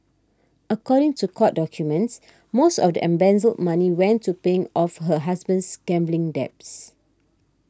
according to court documents most of the embezzled money went to paying off her husband's gambling debts